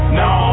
no